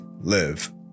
Live